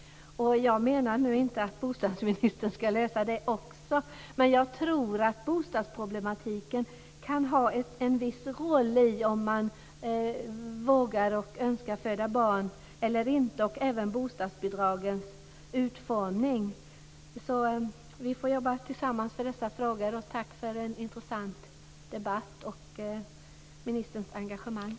Jag menar nu inte att bostadsministern ska lösa den frågan också. Men jag tror att bostadsproblematiken och även bostadsbidragens utformning kan ha en viss roll i om man vågar och önskar föda barn eller inte. Vi får jobba tillsammans med dessa frågor. Tack för en intressant debatt och ministerns engagemang.